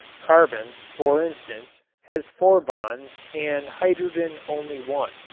carbon, for instance, has four bonds and hydrogen only one.